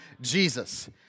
Jesus